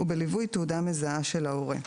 ובליווי תעודה מזהה של ההורה.